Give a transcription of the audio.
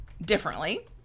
differently